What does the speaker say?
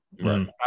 Right